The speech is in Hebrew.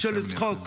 ראשון לצחוק,